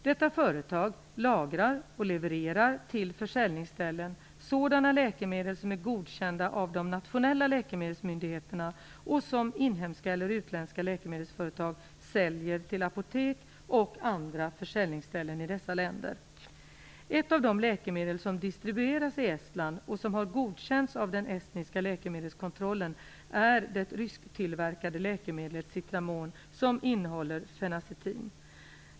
Detta företag lagrar och levererar till försäljningsställena sådana läkemedel som är godkända av de nationella läkemedelsmyndigheterna och som inhemska eller utländska läkemedelsföretag säljer till apotek och andra försäljningsställen i dessa länder. Ett av de läkemedel som distribueras i Estland, och som har godkänts av den estniska läkemedelskontrollen, är det rysktillverkade läkemedlet Citramon, som innehåller fenacetin.